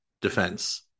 defense